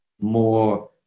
more